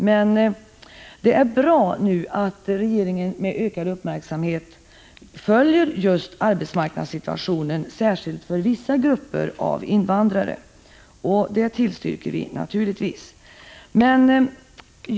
Men det är bra att regeringen nu med ökad uppmärksamhet följer just arbetsmarknadssituationen, särskilt för vissa grupper av invandrare, och det tillstyrker vi naturligtvis.